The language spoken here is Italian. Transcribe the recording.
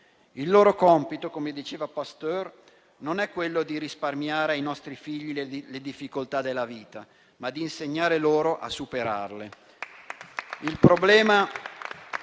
Il loro compito, come diceva Pasteur, non è quello di risparmiare ai nostri figli le difficoltà della vita, ma di insegnare loro a superarle.